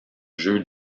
jeu